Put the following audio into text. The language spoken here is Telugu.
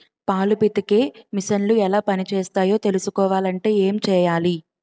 పాలు పితికే మిసన్లు ఎలా పనిచేస్తాయో తెలుసుకోవాలంటే ఏం చెయ్యాలి?